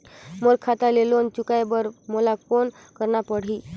मोर खाता ले लोन चुकाय बर मोला कौन करना पड़ही?